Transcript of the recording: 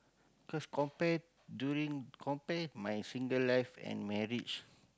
cause compare during compare my single life and marriage